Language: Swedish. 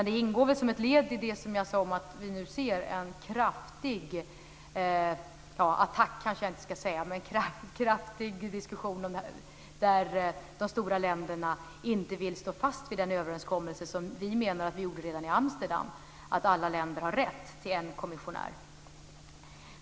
Det ingår väl som ett led i det som jag sade om att vi nu ser en rejäl diskussion, där de stora länderna inte vill stå fast vid den överenskommelse som vi menar att vi gjorde redan i Amsterdam om att alla länder har rätt till en kommissionär.